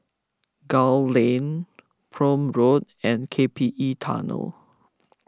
Gul Lane Prome Road and K P E Tunnel